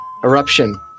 Eruption